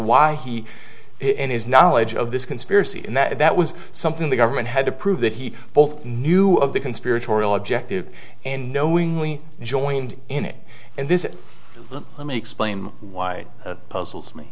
why he has knowledge of this conspiracy and that that was something the government had to prove that he both knew of the conspiratorial objective and knowingly joined in it and this it let me explain why puzzles me